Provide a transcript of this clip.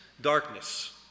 darkness